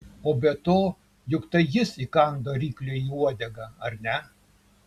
o be to juk tai jis įkando rykliui į uodegą ar ne